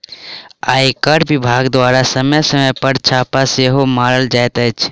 आयकर विभाग द्वारा समय समय पर छापा सेहो मारल जाइत अछि